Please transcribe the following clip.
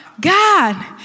God